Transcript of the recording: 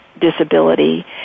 disability